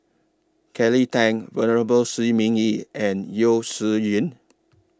Kelly Tang Venerable Shi Ming Yi and Yeo Shih Yun